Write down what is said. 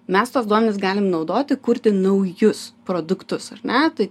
mes tuos duomenis galim naudoti kurti naujus produktus ar ne tai